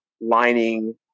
lining